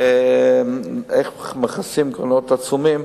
איך מכסים גירעונות עצומים,